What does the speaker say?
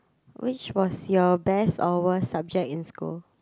which was your best or worst subject in school